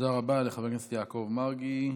תודה רבה לחבר הכנסת יעקב מרגי.